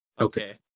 Okay